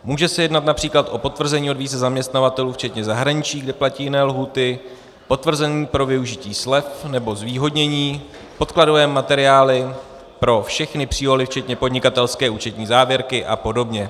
Může se jednat například o potvrzení od více zaměstnavatelů včetně zahraničních, kde platí jiné lhůty, potvrzení pro využití slev nebo zvýhodnění, podkladové materiály pro všechny přílohy včetně podnikatelské a účetní závěrky apod.